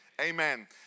Amen